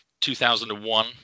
2001